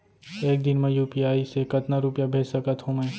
एक दिन म यू.पी.आई से कतना रुपिया भेज सकत हो मैं?